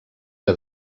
que